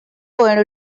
going